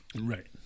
Right